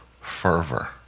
fervor